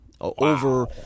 over